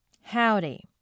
Howdy